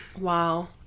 wow